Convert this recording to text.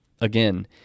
Again